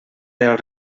del